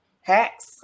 hacks